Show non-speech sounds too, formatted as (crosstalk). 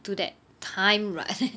to that time right (laughs)